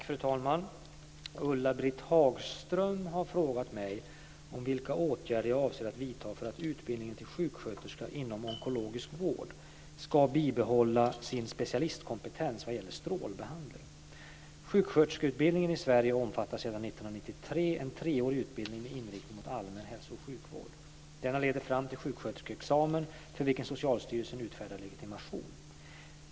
Fru talman! Ulla-Britt Hagström har frågat mig om vilka åtgärder jag avser att vidta för att utbildningen till sjuksköterska inom onkologisk vård ska bibehålla sin specialistkompetens vad gäller strålbehandling. Sjuksköterskeutbildningen i Sverige omfattar sedan 1993 en treårig utbildning med inriktning mot allmän hälso och sjukvård. Denna leder fram till sjuksköterskeexamen för vilken Socialstyrelsen utfärdar legitimation.